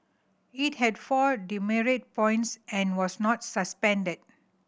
it had four demerit points and was not suspended